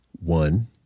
One